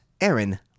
Aaron